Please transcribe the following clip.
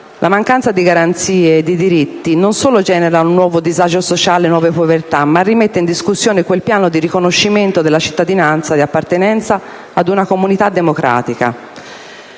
la mancanza di garanzie e di diritti non solo genera un nuovo disagio sociale e nuove povertà, ma rimette in discussione quel piano di riconoscimento della cittadinanza, di appartenenza ad una comunità democratica.